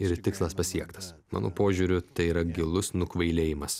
ir tikslas pasiektas mano požiūriu tai yra gilus nukvailėjimas